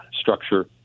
structure